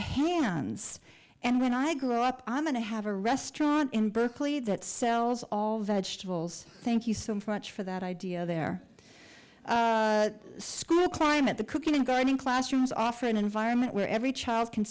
hands and when i grow up i'm going to have a restaurant in berkeley that sells all vegetables thank you so much for that idea their school climate the cooking and gardening classrooms offer an environment where every child can